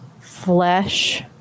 flesh